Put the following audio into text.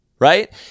Right